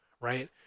right